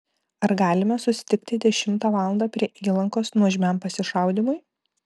ar galime susitikti dešimtą valandą prie įlankos nuožmiam pasišaudymui